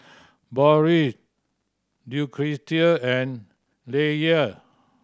Boris Lucretia and Leyla